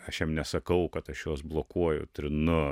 aš jam nesakau kad aš juos blokuoju trinu